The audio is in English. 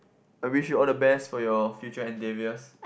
I wish you all the best for your future endeavours